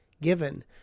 given